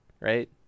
Right